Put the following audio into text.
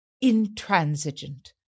intransigent